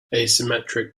asymmetric